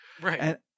Right